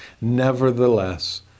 nevertheless